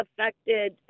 affected